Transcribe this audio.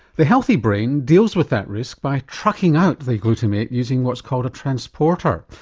the healthy brain deals with that risk by trucking out the glutamate using what's called a transporter.